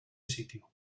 sitio